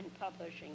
publishing